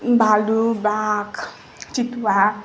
भालु बाघ चितुवा